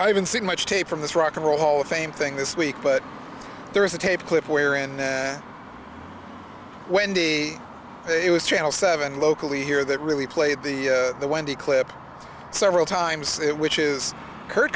i haven't seen much tape from this rock n roll hall of fame thing this week but there is a taped clip where in wendy it was channel seven locally here that really played the the wendy clip several times which is kurt